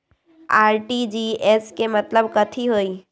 RTGS के मतलब कथी होइ?